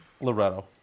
Loretto